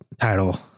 title